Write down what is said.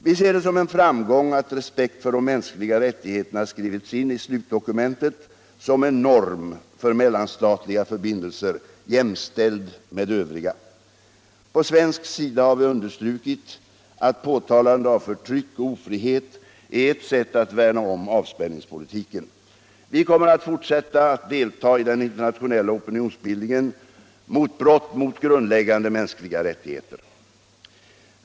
Vi ser det som en framgång att respekt för de mänskliga rättigheterna skrivits in i slutdokumentet som en norm för mellanstatliga förbindelser, jämställd med övriga. På svensk sida har vi understrukit att påtalande av förtryck och ofrihet är ett sätt att värna om avspänningspolitiken. Vi kommer att fortsätta att delta i den internationella opinionsbildningen mot brott mot grundläggande mänskliga rättigheter.